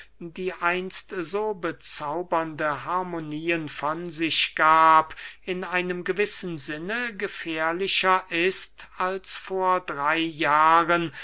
die einst so bezaubernde harmonien von sich gab in einem gewissen sinne gefährlicher ist als vor drey jahren